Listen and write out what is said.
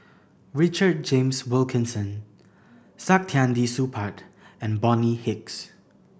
Richard James Wilkinson Saktiandi Supaat and Bonny Hicks